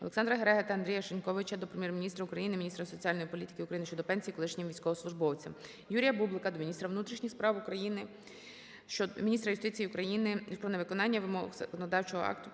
ОлександраГереги та Андрія Шиньковича до Прем'єр-міністра України, міністра соціальної політики України щодо пенсій колишнім військовослужбовцям. Юрія Бублика до міністра внутрішніх справ України, міністра юстиції України про невиконання вимог законодавчого акту